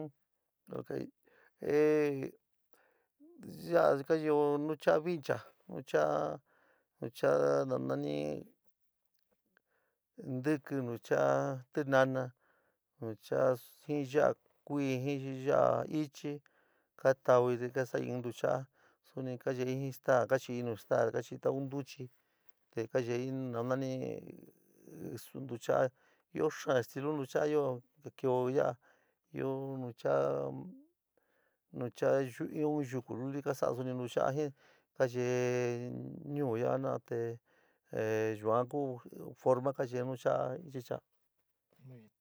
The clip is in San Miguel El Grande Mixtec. Ehh ya'a chi ka yeó ntucha'á vincha ntucha'a ntucha'a nanani ntɨki, ntucha'a tinaná, ntucha' jin yaa kui ji yaá ichi ka tau'í te ka sa'í in ntucha'a, suni ka yei jɨón staá ka chií nu staá ka chií in tau ntuchi te ka yeií nanani su ntuchaá, io xaán estilu ntucha'a te keo ya'a ɨó ntucha'a ntucha'a ɨó in yuku luli ka sa'a suni ntuchaá jɨón ka yeé ñuú yaá jina'a te yuan ku forma ka yeé ntucha'a ichi cha'a.